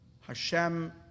Hashem